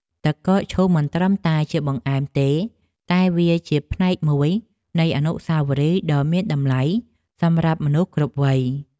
ទឹកកកឈូសមិនត្រឹមតែជាបង្អែមទេតែវាជាផ្នែកមួយនៃអនុស្សាវរីយ៍ដ៏មានតម្លៃសម្រាប់មនុស្សគ្រប់វ័យ។